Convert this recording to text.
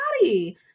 body